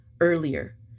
earlier